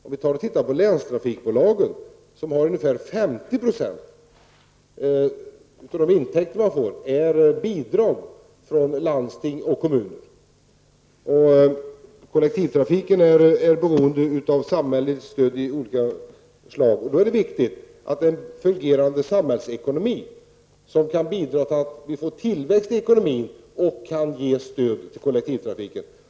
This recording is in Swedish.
Om vi ser på länstrafikbolagen så är ungefär 50 % av deras intäkter bidrag från landsting och kommuner. Kollektivtrafiken är beroende av fungerande samhälleligt stöd av olika slag. Och då är det viktigt med en samhällsekonomi som kan bidra till att vi får tillväxt i ekonomin och kan ge stöd till kollektivtrafiken.